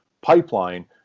pipeline